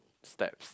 steps